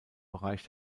bereich